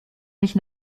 mich